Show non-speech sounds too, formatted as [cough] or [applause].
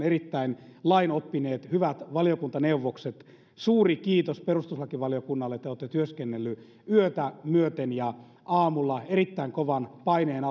[unintelligible] erittäin lainoppineet hyvät valiokuntaneuvokset suuri kiitos perustuslakivaliokunnalle te olette työskennelleet yötä myöten ja aamulla erittäin kovan paineen [unintelligible]